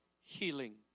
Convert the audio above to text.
healing